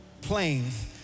planes